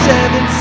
Seven